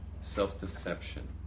self-deception